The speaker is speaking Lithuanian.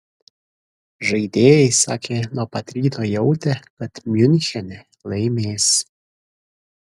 žaidėjai sakė nuo pat ryto jautę kad miunchene laimės